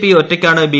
P ഒറ്റയ്ക്കാണ് B